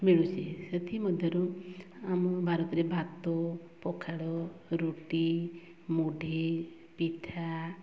ମିଳୁଛି ସେଥିମଧ୍ୟରୁ ଆମ ଭାରତରେ ଭାତ ପଖାଳ ରୁଟି ମୁଢ଼ି ପିଠା